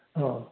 ହଁ